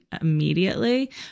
immediately